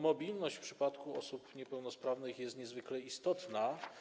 Mobilność w przypadku osób niepełnosprawnych jest niezwykle istotna.